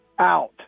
out